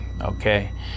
okay